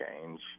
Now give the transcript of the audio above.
change